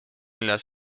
las